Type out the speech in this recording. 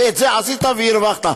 ואת זה עשית והרווחת,